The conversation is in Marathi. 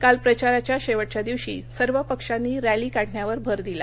काल प्रचाराच्या शेवटच्या दिवशी सर्व पक्षांनी रॅली काढण्यावर भर दिला